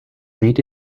mate